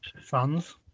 fans